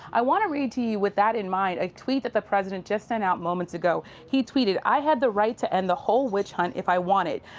i want to read to you, with that in mind, a tweet that the president just sent out moments ago. he tweeted i had the right to end the whole witch-hunt, if i wanted.